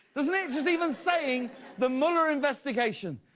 doesn't it, because even saying the mueller investigation,